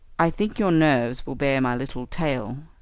i think your nerves will bear my little tale,